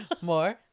more